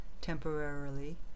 temporarily